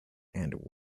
and